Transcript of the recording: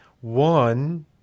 one